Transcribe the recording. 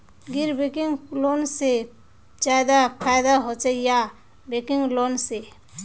गैर banking loan से ज्यादा फायदा होचे या बैंकिंग लोन से?